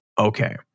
Okay